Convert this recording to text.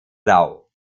blau